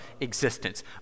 existence